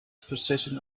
possession